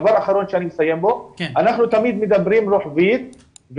אנחנו תמיד מדברים רוחבית,